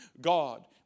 God